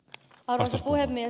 arvoisa puhemies